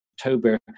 October